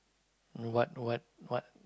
what what what